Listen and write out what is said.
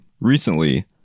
recently